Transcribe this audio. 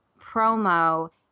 promo